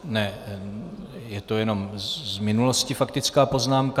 Ne, je to jenom z minulosti faktická poznámka.